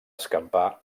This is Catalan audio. escampar